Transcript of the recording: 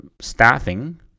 staffing